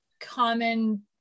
common